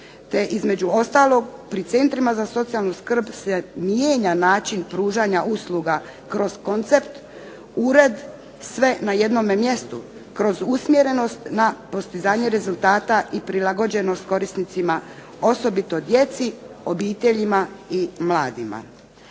te između ostalog pri centrima za socijalnu skrb se mijenja način pružanja usluga kroz koncept, ured sve na jednome mjestu, kroz usmjerenost na postizanje rezultata i prilagođenost korisnicima, osobito djeci, obiteljima i mladima.